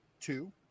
two